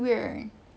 I tahu you